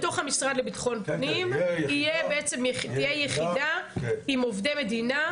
בתוך המשרד לביטחון פנים תהיה יחידה עם עובדי מדינה,